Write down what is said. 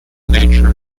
nature